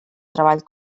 treball